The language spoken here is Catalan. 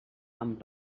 amb